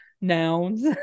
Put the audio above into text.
nouns